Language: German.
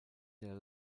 der